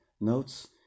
notes